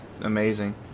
amazing